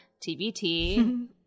TBT